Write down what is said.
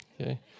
Okay